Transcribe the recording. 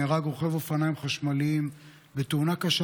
נהרג רוכב אופניים חשמליים בתאונה קשה